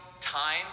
time